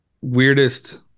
weirdest